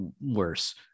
worse